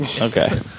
Okay